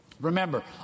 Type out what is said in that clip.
Remember